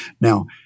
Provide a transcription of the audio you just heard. Now